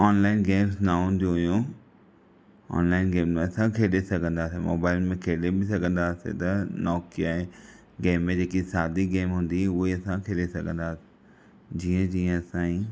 online games न हूंदियूं हुयूं ऑनलाइन गेम असां खेॾे सघंदासि मोबाइल में खेले बि सघंदा हुआसि त नोकिआ जे गेम जेकी सादी गेम हूंदी हुई उहा ई असां खेले सघंदासि जीअं जीअं असांजी